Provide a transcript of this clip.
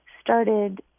started